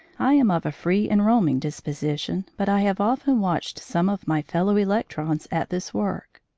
i am of a free and roaming disposition, but i have often watched some of my fellow-electrons at this work.